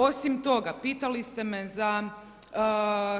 Osim toga, pitali ste me za